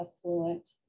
affluent